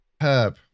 Herb